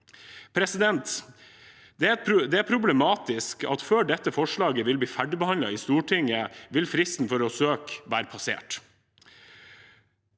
satsinger. Det er problematisk at før dette forslaget vil bli ferdigbehandlet i Stortinget, vil fristen for å søke være passert.